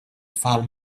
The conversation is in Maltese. tfal